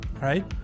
right